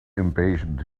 impatient